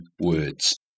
words